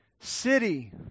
city